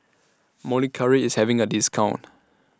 Molicare IS having A discount